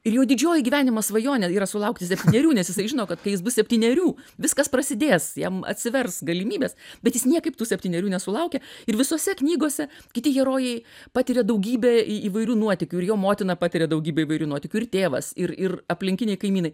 ir jo didžioji gyvenimo svajonė yra sulaukti septynerių nes jisai žino kad kai jis bus septynerių viskas prasidės jam atsivers galimybės bet jis niekaip tų septynerių nesulaukia ir visose knygose kiti herojai patiria daugybę įvairių nuotykių ir jo motina patiria daugybę įvairių nuotykių ir tėvas ir ir aplinkiniai kaimynai